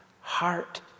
heart